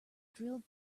drilled